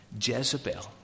Jezebel